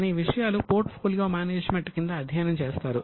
అనే విషయాలు portfolio management కింద అధ్యయనం చేస్తారు